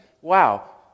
Wow